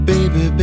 Baby